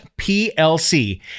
PLC